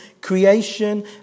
Creation